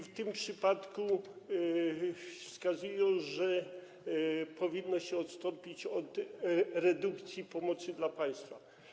W tym przypadku wskazują, że powinno się odstąpić od redukcji pomocy państwa.